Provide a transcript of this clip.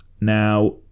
Now